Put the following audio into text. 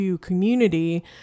community